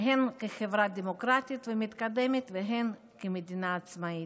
הן כחברה דמוקרטית ומתקדמת והן כמדינה עצמאית.